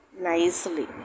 nicely